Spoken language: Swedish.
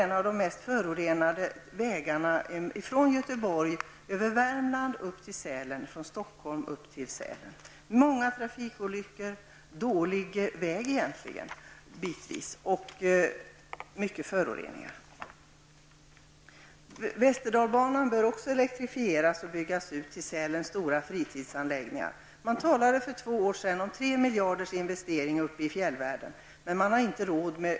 Bland de mest förorenade vägarna finns vägen från Stockholm till Sälen. Här sker många trafikolyckor, vägen är bitvis dålig och trafiken ger upphov till mycket föroreningar. Västerdalbanan bör också elektrifieras och byggas ut till Sälens stora fritidsanläggningar. Man talade för två år sedan om en investering på tre miljarder kronor i fjällvärlden.